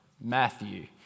Matthew